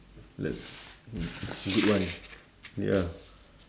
that's mm it's a good one ya